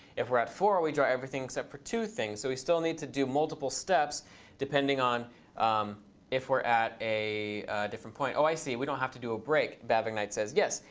if we're at four, we draw everything except for two things. so we still need to do multiple steps depending on if we're at a different point. oh, i see. we don't have to do a break, bhavik knight says. yes!